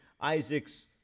Isaac's